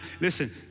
Listen